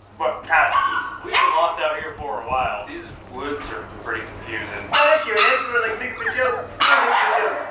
but kind of yeah. we've been lost out here for awhile. these woods are pretty confusing. not if you're an expert like bigfoot joe, huh bigfoot joe?